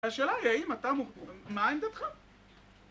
השאלה היא, האם אתה... מה עמדתך?